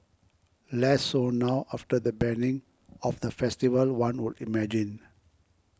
less so now after the banning of the festival one would imagine